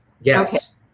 Yes